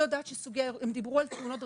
יודעת שסוגי ה- - הם דיברו על תאונות דרכים,